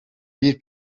bir